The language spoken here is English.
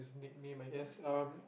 his nickname I guess um